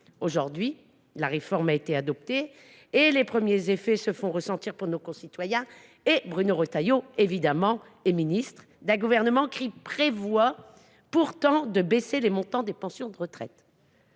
retraités. La réforme a été adoptée, les premiers effets s’en font ressentir pour nos concitoyens et Bruno Retailleau est membre d’un gouvernement qui prévoit pourtant de baisser les montants des pensions de retraite…